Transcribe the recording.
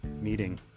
meeting